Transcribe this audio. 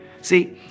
See